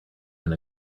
own